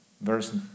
Verse